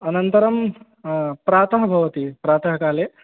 अनन्तरम् प्रातः भवति प्रातःकाले